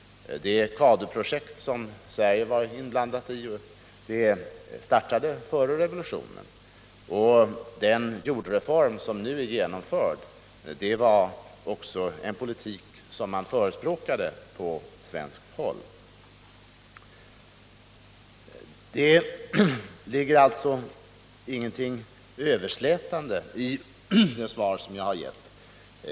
Det CADU-projekt som Sverige var inblandat i startade före revolutionen. Den jordreform som nu är genomförd var också en politik som man förespråkade på svenskt håll. Det ligger alltså ingenting överslätande i det svar jag har givit.